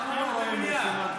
מה זה?